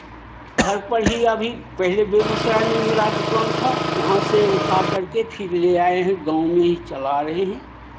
घर पर ही अभी पहले बेगूसराय में मेरा दुकान था वहाँ से उठा करके फिर ले आए हैं गाँव में ही चला रहे हैं